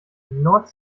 nord